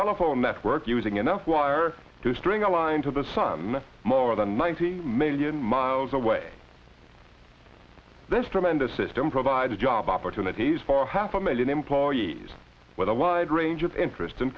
telephone network using enough water to string a line to the sun more than ninety million miles away this tremendous system provides job opportunities for half a million employees with allied range of interest